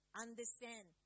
understand